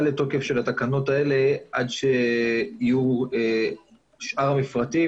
לתוקף של התקנות האלה עד שיהיו שאר המפרטים.